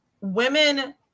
women